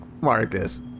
Marcus